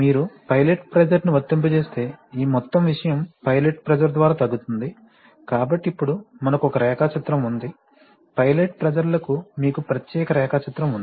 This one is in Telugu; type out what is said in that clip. మీరు పైలట్ ప్రెషర్ ని వర్తింపజేస్తే ఈ మొత్తం విషయం పైలట్ ప్రెషర్ ద్వారా తగ్గుతుంది కాబట్టి ఇప్పుడు మనకు ఒక రేఖాచిత్రం ఉంది పైలట్ ప్రెషర్ లకు మీకు ప్రత్యేక రేఖాచిత్రం ఉంది